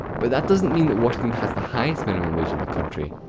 but that doesn't mean that washinton has the highest minimum wage in the country.